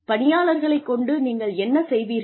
பணியாளர்களை கொண்டு நீங்கள் என்ன செய்வீர்கள்